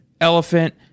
elephant